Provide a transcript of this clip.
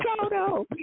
Toto